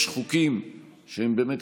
יש חוקים שהם באמת,